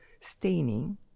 staining